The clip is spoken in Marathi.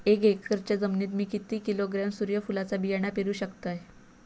एक एकरच्या जमिनीत मी किती किलोग्रॅम सूर्यफुलचा बियाणा पेरु शकतय?